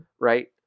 Right